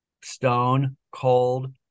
stone-cold